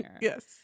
Yes